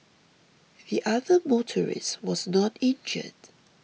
the other motorist was not injured